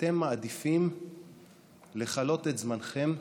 ואתם מעדיפים לכלות את זמנכם,